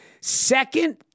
Second